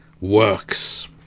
works